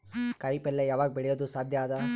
ಕಾಯಿಪಲ್ಯ ಯಾವಗ್ ಬೆಳಿಯೋದು ಸಾಧ್ಯ ಅದ?